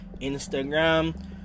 Instagram